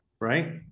right